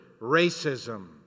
racism